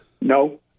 No